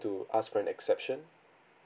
to ask for an exception